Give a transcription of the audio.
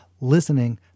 Listening